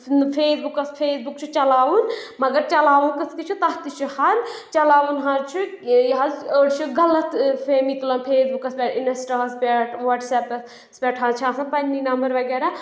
face بُکَس Facebook چھُ چَلاوُن مگر چلاوُن کٕتھ کِتھ چھُ تَتھ تہِ چھُ حد حظ چلاوُن حظ چھُ ییٚلہِ حظ أڑۍ چھِ غلط فیمی تُلان فیس بُکَس پؠٹھ اِنسٹاہَس پؠٹھ وَٹسایپَس پؠٹھ حظ چھِ آسان پَنٕنہِ نمبر وغیرہ